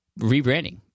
rebranding